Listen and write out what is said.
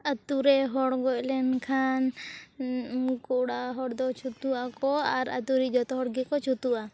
ᱟᱹᱛᱩᱨᱮ ᱦᱚᱲ ᱜᱚᱡ ᱞᱮᱱᱠᱷᱟᱱ ᱩᱱᱠᱩ ᱚᱲᱟᱜ ᱦᱚᱲ ᱫᱚ ᱪᱷᱩᱛᱩᱜ ᱟᱠᱚ ᱟᱨ ᱟᱹᱛᱩᱨᱮ ᱡᱚᱛᱚ ᱦᱚᱲ ᱜᱮᱠᱚ ᱪᱷᱩᱛᱩᱜᱼᱟ